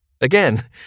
Again